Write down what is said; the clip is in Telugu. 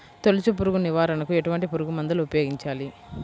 తొలుచు పురుగు నివారణకు ఎటువంటి పురుగుమందులు ఉపయోగించాలి?